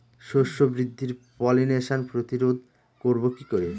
শস্য বৃদ্ধির পলিনেশান প্রতিরোধ করব কি করে?